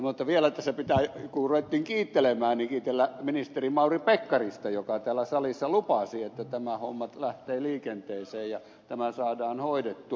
mutta vielä tässä pitää kun ruvettiin kiittelemään kiitellä ministeri mauri pekkarista joka täällä salissa lupasi että tämä homma lähtee liikenteeseen ja tämä saadaan hoidettua